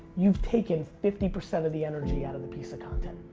you've taken fifty percent of the energy out of the piece of content.